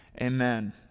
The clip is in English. Amen